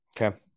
Okay